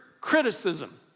criticism